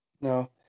No